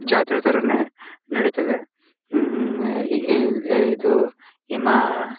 ಜಾತ್ರೆ ಥರವೇ ನಡಿತದೆ ಈಲ್ ಇದು ಇಮಾ